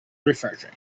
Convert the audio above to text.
refreshing